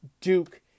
Duke